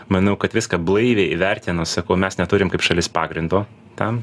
manau kad viską blaiviai įvertinus sakau mes neturim kaip šalis pagrindo tam